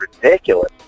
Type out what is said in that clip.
ridiculous